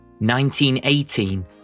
1918